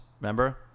Remember